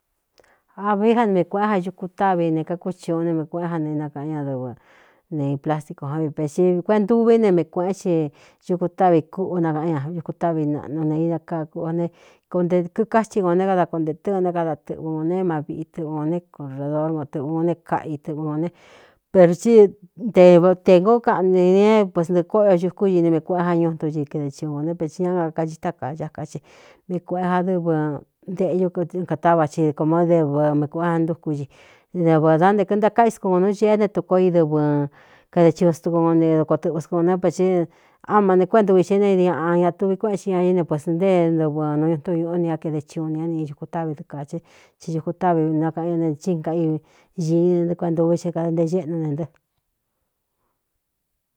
A vin ja n vii kueꞌén ja cuku távi ne kākúchi un ne mē kueꞌén ja neinakaꞌan ña dɨvɨ nei plastico ján vipe ti kuéꞌe ntûví ne mei kuēꞌén xi ñuku táꞌvi kúꞌu nakaꞌan ña ñuku táꞌvi naꞌnu ne ida kakuꞌ ne ko nte kíkáthi kon né kada koo ntē tɨ́ɨn né kada tɨꞌvɨ ō ne é ma viꞌi tɨꞌvɨ ō ne korador matɨꞌūn ne káꞌi tɨꞌv ō né per ti te tē ngoó kaꞌnī nīne puesntɨ̄ꞌɨ kóꞌo o dukún ine mii kuéꞌén ja ñuntun ci kede chiuvā né petsɨ ñá nakai táka cáka ci mi kuēꞌé ja dɨvɨ nteꞌñú katá va chid komo dɨvɨɨ mi kuꞌén ja ntúkú ci dɨvā da nte kɨntákáꞌi sku ko nu ceꞌé ne tuko idɨvɨn kaede chiu stuko no ne doko tɨꞌvɨsk ō né peti áma ne kuéꞌ ntuvi xé nad ñāꞌan ña tuvi kuéꞌen xi ñañɨí ne pues ntée ndɨvɨ nu ñuntu ñūꞌu ni a kede chi u ni á ni ñūku táꞌvi dɨkā che ti duku táꞌvi nakaꞌan ña ne chinka ív ñiín ne ntɨ kueꞌntūví xí kadante xéꞌnu ne ntɨ.